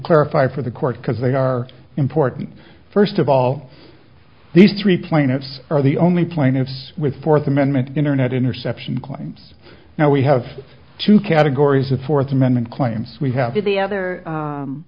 clarify for the court because they are important first of all these three planets are the only plaintiffs with fourth amendment internet interception claims now we have two categories the fourth amendment claims we have it the other